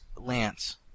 lance